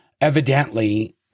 evidently